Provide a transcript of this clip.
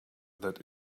that